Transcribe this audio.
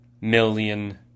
million